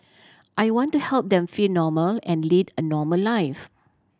I want to help them feel normal and lead a normal life